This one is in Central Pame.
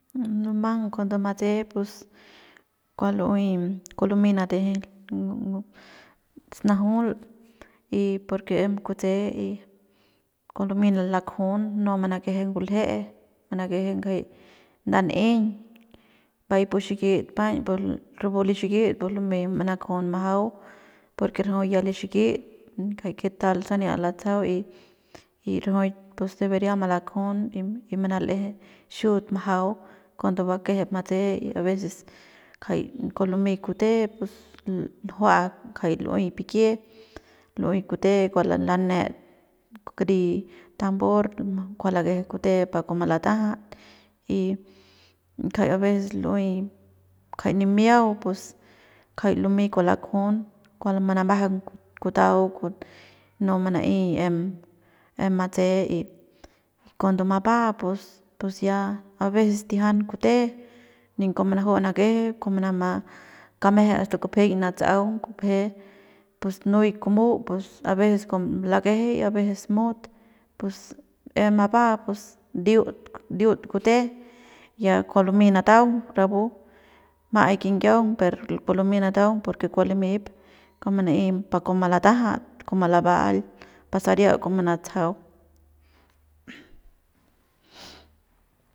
Munumang cuando matse'e pus kua lu'uey kua lumey nateje snajul y porque em kutse y kua lumey malakjun y no manakeje ngulje manakeje kjay ndan'eiñ pai pu xikit paiñ pus rapu li xikit pus lumey malakjun majau porque rajuik ya li xikit ngajay que tal sania latsajau y rajuik pues debería malakjun y ma manal'eje xiut majau cuando bakejep matse ya abecés kjai kua lumey kute pus njua kjay lu'uey pikie lu'uey kute kua lanet kari tambor kua lakeje kute pa kua malatajat y ngajay abecés lu'uey kjay nimiau pus kjai lumey kua malakjun kua manamajang kutau no mana'ey em em matse y cuando mapa pus pus ya abecés tijian kute nin kua manaju nakeje kua manama kameje asta kupejeiñ natsa'aung kupeje pus nuy kumu pus abecés kua lakeje y abecés mut pus em mapa pus ndiut ndiut kute ya kua lumey nataung rapu ma'ai kinyiaung per kua lumey nataung porque kua limip kua mana'ey par kua malatajat kua malaba'ail pa saria kua manatsajau.